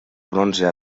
bronze